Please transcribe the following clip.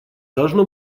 должно